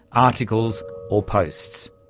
articles or posts,